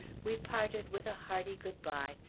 we parted with a hearty good-bye,